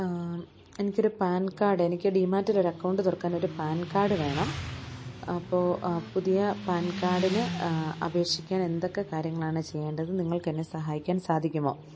എനിക്കൊരു PAN card എനിക്ക് ഡീമാറ്റില് ഒരക്കൗണ്ട് തുറക്കാൻ ഒരു പാൻ കാഡ് വേണം അപ്പോള് ആ പുതിയ പാൻ കാഡിന് അപേക്ഷിക്കാൻ എന്തൊക്കെ കാര്യങ്ങളാണ് ചെയ്യേണ്ടത് നിങ്ങൾക്കെന്നെ സഹായിക്കാൻ സാധിക്കുമോ